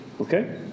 Okay